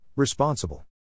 Responsible